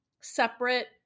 separate